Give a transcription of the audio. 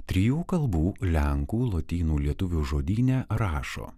trijų kalbų lenkų lotynų lietuvių žodyne rašo